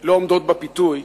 לא עומדות בפיתוי.